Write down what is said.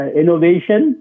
innovation